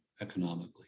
economically